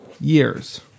years